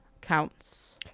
counts